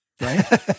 right